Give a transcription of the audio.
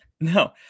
no